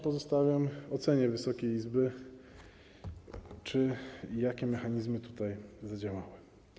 Pozostawiam już ocenie Wysokiej Izby, czy i jakie mechanizmy tutaj zadziałały.